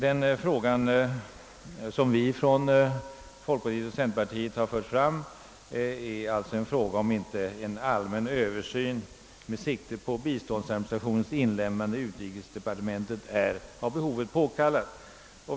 Den fråga som vi inom folkpartiet och centerpartiet fört fram är alltså om inte en allmän översyn med sikte på biståndsadministrationens inlemmande i utrikesdepartementet är av behovet påkallad.